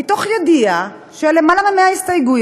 מתוך ידיעה שעל יותר מ-100 הסתייגויות,